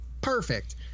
perfect